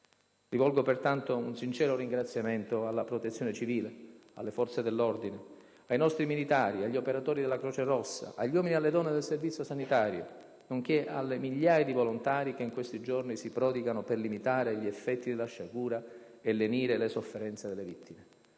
Rivolgo pertanto un sincero ringraziamento alla Protezione civile, alle forze dell'ordine, ai nostri militari, agli operatori della Croce rossa, agli uomini e alle donne del Servizio sanitario, nonché alle migliaia di volontari che in questi giorni si prodigano per limitare gli effetti della sciagura e lenire le sofferenze delle vittime.